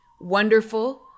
wonderful